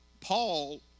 Paul